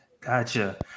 Gotcha